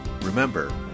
Remember